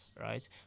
right